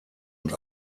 und